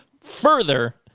further